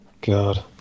God